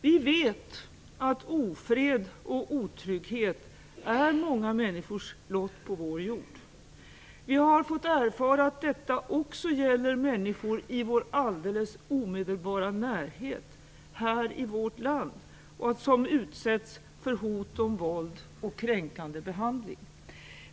Vi vet att ofred och otrygghet är många människors lott på vår jord. Vi har fått erfara att detta också gäller människor i vår alldeles omedelbara närhet, här i vårt land, som utsätts för hot om våld och kränkande behandling.